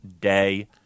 day